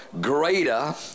greater